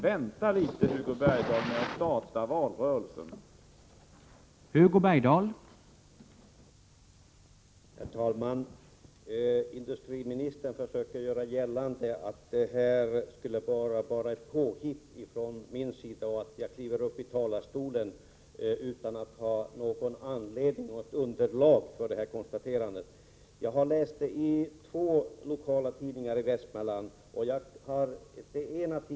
Vänta litet grand med att starta valrörelsen, Hugo Bergdahl.